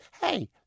Hey